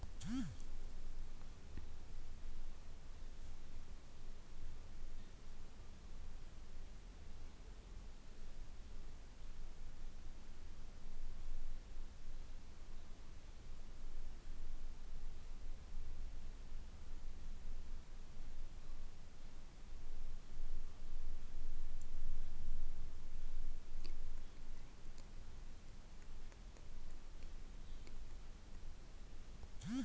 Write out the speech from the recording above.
ಬಡ್ಡಿ ದರ ಹೆಚ್ಚಾದರೆ ಜನರು ಸಾಲ ತಕೊಳ್ಳಕೆ ಹಿಂದೆಟ್ ಹಾಕ್ತರೆ